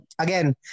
again